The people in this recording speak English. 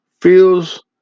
Feels